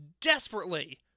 desperately